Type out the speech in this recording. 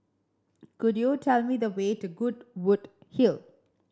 could you tell me the way to Goodwood Hill